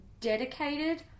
dedicated